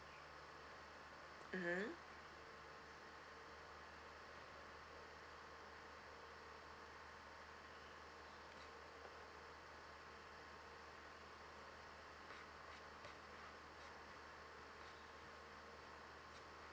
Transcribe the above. mmhmm